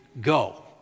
Go